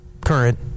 current